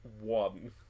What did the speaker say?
one